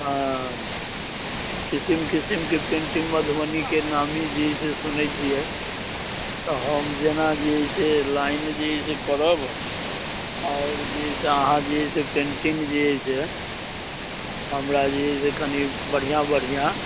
हाँ किसिम किसिमके पेन्टिङ्ग मधुबनीके नामी जे छै से सुनैत छियै तऽ हम जेना जे अइसे लाइन जे जे करब आओर जे अइसे अहाँ जे अइसे पेन्टिङ्ग जे अइसे हमरा जे अइसे कनि बढ़िआँ बढ़िआँ